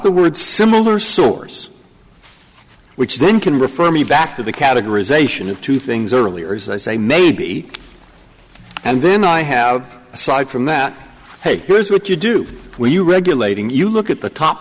the word similar source which then can refer me back to the categorization of two things earlier as i say maybe and then i have aside from that hey here's what you do when you regulating you look at the top